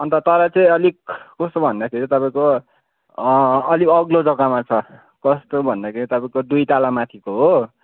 अन्त तर चाहिँ अलिक कस्तो भन्दाखेरि तपाईँको अलिक अग्लो जग्गामा छ कस्तो भन्दाखेरि तपाईँको दुई तला माथिको हो